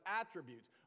attributes